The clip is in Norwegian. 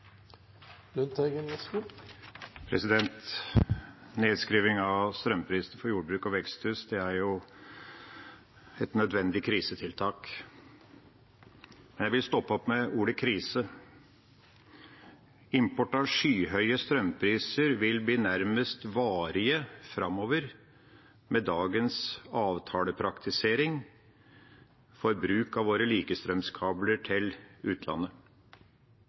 Nedskriving av strømprisene for jordbruket og veksthus er et nødvendig krisetiltak. Jeg vil stoppe opp ved ordet krise. Import av skyhøye strømpriser vil bli nærmest varige framover med dagens avtalepraktisering for bruk av våre likestrømskabler til utlandet.